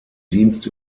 dienst